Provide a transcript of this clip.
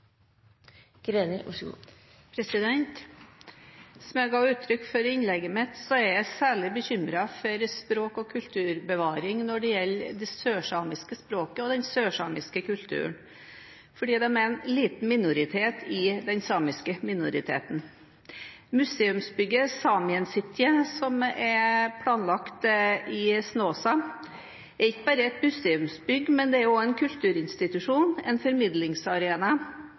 jeg særlig bekymret for språk- og kulturbevaring når det gjelder det sørsamiske språket og den sørsamiske kulturen, fordi de er en liten minoritet i den samiske minoriteten. Museumsbygget Saemien Sijte, som er planlagt i Snåsa, er ikke bare et museumsbygg, men også en kulturinstitusjon, en formidlingsarena